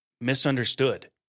misunderstood